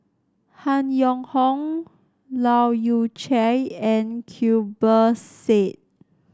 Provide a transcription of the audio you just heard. Han Yong Hong Leu Yew Chye and Zubir Said